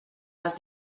les